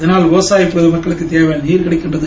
இதனால் விவசாயிகளுக்கு தேவையான நீர் கிடைக்கிறது